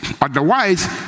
Otherwise